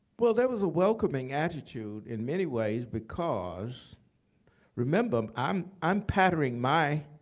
well, there was a welcoming attitude in many ways because remember, i'm i'm patterning my